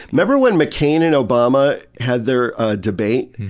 remember when mccain and obama had their ah debate?